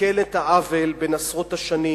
לתקן את העוול בן עשרות השנים,